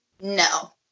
No